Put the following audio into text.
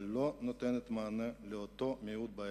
אבל לא נותנת מענה לאותו מיעוט בעייתי,